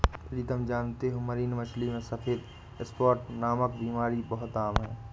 प्रीतम जानते हो मरीन मछली में सफेद स्पॉट नामक बीमारी बहुत आम है